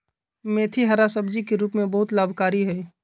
मेथी हरा सब्जी के रूप में बहुत लाभकारी हई